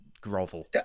grovel